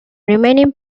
remaining